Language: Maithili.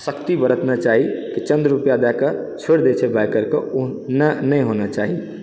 सख्ती बरतना चाही कि चन्द रुपआ दऽ कऽ छोड़ि दैत छै बाइकरके ओ नहि होना चाही